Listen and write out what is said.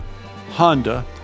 Honda